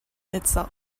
itself